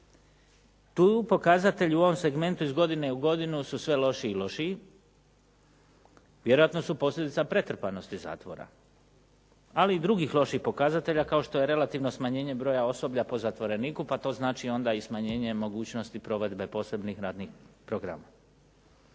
Tu pokazatelji u ovom segmentu iz godine u godinu su sve lošiji i lošiji, vjerojatno su posljedica pretrpanosti zatvora, ali i drugih loših pokazatelja kao što je relativno smanjenje broja osoblja po zatvoreniku pa to znači onda i smanjenje mogućnosti provedbe posebnih radnih programa.